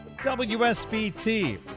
WSBT